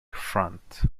front